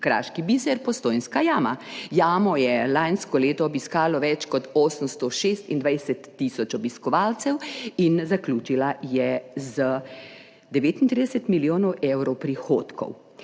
kraški biser Postojnska jama. Jamo je lansko leto obiskalo več kot 826 tisoč obiskovalcev in zaključila je z 39 milijoni evrov prihodkov.